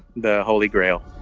the holy grail